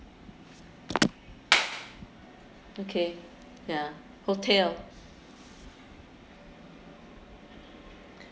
okay ya hotel